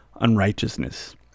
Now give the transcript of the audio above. unrighteousness